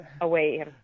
away